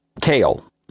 kale